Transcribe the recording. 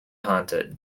haunted